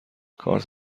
کارت